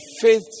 faith